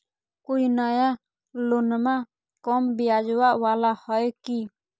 कोइ नया लोनमा कम ब्याजवा वाला हय की?